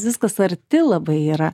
viskas arti labai yra